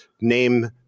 name